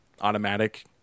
automatic